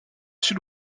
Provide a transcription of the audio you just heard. sud